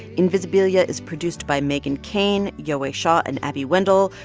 invisibilia is produced by meghan keane, yowei shaw and abby wendle.